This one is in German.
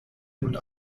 und